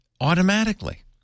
automatically